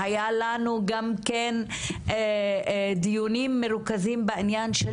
והיה לנו גם כן הדיונים מרוכזים בעניין של